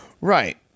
Right